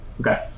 Okay